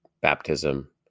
baptism